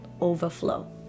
overflow